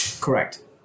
Correct